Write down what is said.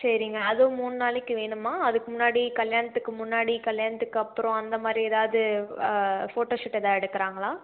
சரிங்க அதுவும் மூணு நாளைக்கு வேணுமா அதுக்கு முன்னாடி கல்யாணத்துக்கு முன்னாடி கல்யாணத்துக்கு அப்புறம் அந்தமாதிரி ஏதாவது ஆ ஃபோட்டோ ஷூட் எதாவது எடுக்கிறாங்களா